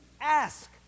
ask